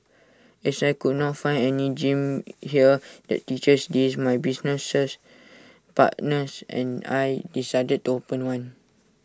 as I could not find any gym here that teaches this my businesses partners and I decided to open one